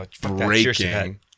breaking